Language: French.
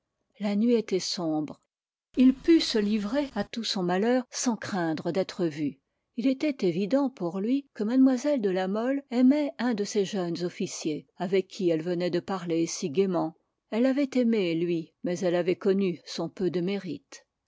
la nuit était sombre il put se livrer à tout son malheur sans craindre d'être vu il était évident pour lui que mlle de la mole aimait un de ces jeunes officiers avec qui elle venait de parler si gaiement elle l'avait aimé lui mais elle avait connu son peu de mérite